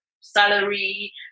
salary